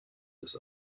des